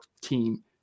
Team